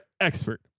expert